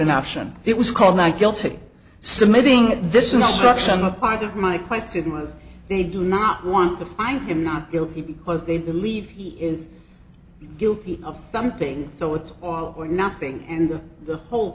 an option it was called not guilty submitting this instruction the part of my question was they do not want to find him not guilty because they believe he is guilty of something so it's all or nothing and that the whole